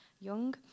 young